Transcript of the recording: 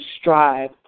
strive